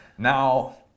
Now